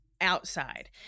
outside